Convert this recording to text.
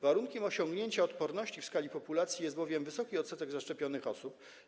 Warunkiem osiągnięcia odporności w skali populacji jest bowiem wysoki odsetek zaszczepionych osób.